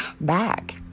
back